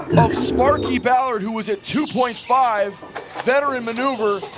of sparkey ballard who was at two point five veteran maneuver,